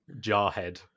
jarhead